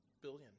billion